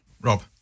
rob